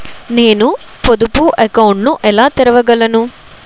నేను పొదుపు అకౌంట్ను ఎలా తెరవగలను?